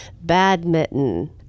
badminton